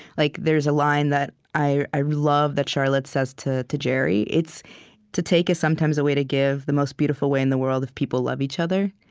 like there's a line that i i love that charlotte says to to jerry to take is sometimes a way to give the most beautiful way in the world if people love each other.